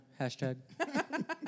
hashtag